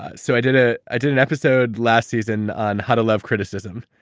ah so i did ah i did an episode last season on how to love criticism,